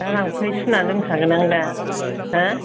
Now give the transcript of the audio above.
दा लांफै सुनानै दोनखागोन आंदा हा